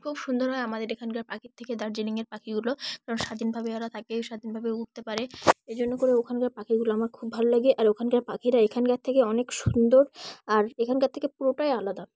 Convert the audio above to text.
খুব সুন্দর হয় আমাদের এখানকার পাখির থেকে দার্জিলিংয়ের পাখিগুলো কারণ স্বাধীনভাবে ওরা থাকে স্বাধীনভাবে উড়তে পারে এইজন্য করে ওখানকার পাখিগুলো আমার খুব ভালো লাগে আর ওখানকার পাখিরা এখানকার থেকে অনেক সুন্দর আর এখানকার থেকে পুরোটাই আলাদা